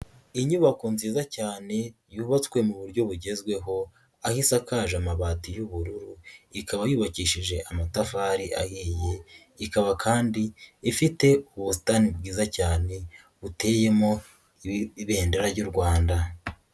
Inyubako nziza cyane yubatswe mu buryo bugezweho aho isakaje amabati y'ubururu ikaba yubakishije amatafari ahiye, ikaba kandi ifite ubusitani bwiza cyane buteyemo ibendera ry'u Rwanda.